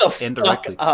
indirectly